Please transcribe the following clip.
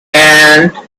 and